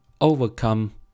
overcome